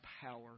power